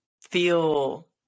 feel